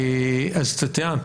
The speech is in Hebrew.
טטיאנה,